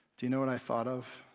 do you know what i thought of?